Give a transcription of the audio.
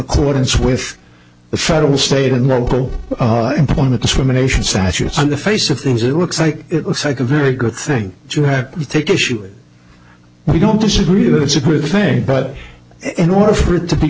accordance with the federal state and local point of discrimination statutes on the face of things it looks like it looks like a very good thing to have to take issue with i don't disagree that it's a great thing but in order for it to be